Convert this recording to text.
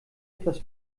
etwas